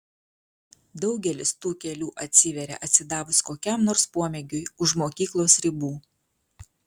daugelis tų kelių atsiveria atsidavus kokiam nors pomėgiui už mokyklos ribų